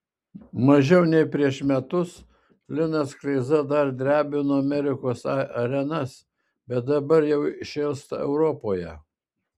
mažiau nei prieš metus linas kleiza dar drebino amerikos arenas bet dabar jau šėlsta europoje